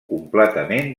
completament